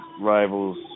rivals